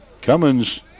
Cummins